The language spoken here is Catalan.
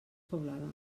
poblada